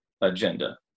agenda